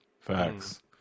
facts